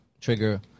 trigger